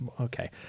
okay